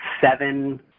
seven